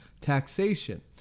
Taxation